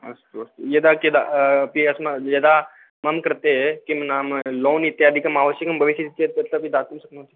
अस्तु अस्तु यदा कदा अपि अस्माकं यदा मम कृते किं नाम लोन् इत्यादिकम् आवश्यकं भविष्यति चेत् तदपि दातुं शक्नोति